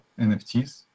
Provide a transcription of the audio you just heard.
NFTs